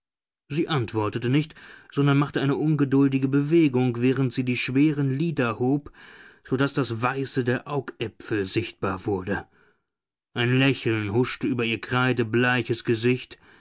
sie antwortete nicht sondern machte eine ungeduldige bewegung während sie die schweren lider hob so daß das weiße der augäpfel sichtbar wurde ein lächeln huschte über ihr kreidebleiches gesicht